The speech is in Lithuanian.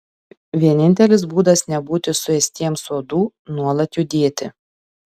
vienintelis būdas nebūti suėstiems uodų nuolat judėti